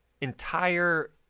entire